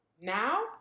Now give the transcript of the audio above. now